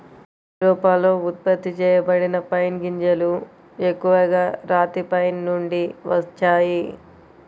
ఐరోపాలో ఉత్పత్తి చేయబడిన పైన్ గింజలు ఎక్కువగా రాతి పైన్ నుండి వచ్చాయి